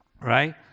Right